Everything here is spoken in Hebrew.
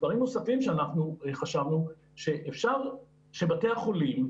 דברים נוספים שחשבנו אפשר שבתי החולים,